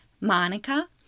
Monica